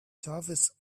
tavis